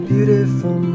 Beautiful